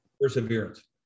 Perseverance